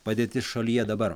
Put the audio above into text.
padėtis šalyje dabar